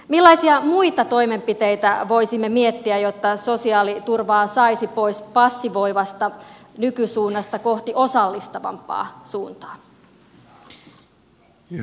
millaisia muita toimenpiteitä voisimme miettiä jotta sosiaaliturvaa saisi pois passivoivasta nykysuunnasta kohti osallistavampaa suuntaa